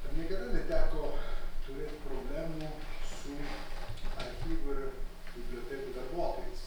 ar niekada neteko turėt problemų su archyvų ir bibliotekų darbuotojais